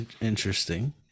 interesting